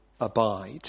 abide